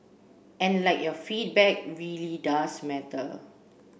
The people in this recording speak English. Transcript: and like your feedback really does matter